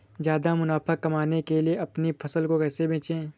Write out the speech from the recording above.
ज्यादा मुनाफा कमाने के लिए अपनी फसल को कैसे बेचें?